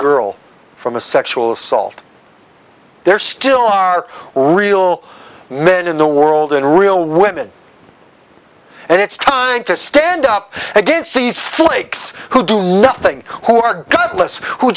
girl from a sexual assault there still are real men in the world in real women and it's time to stand up against these flakes who do nothing who are gutless who